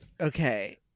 Okay